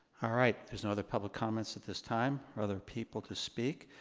alright, there's no other public comments at this time or other people to speak.